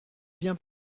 vient